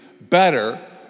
better